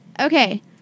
Okay